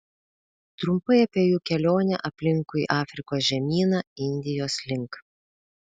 trumpai apie jų kelionę aplinkui afrikos žemyną indijos link